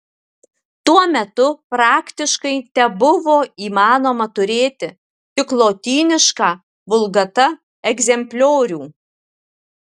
tuo metu praktiškai tebuvo įmanoma turėti tik lotynišką vulgata egzempliorių